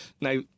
Now